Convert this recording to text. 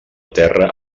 terra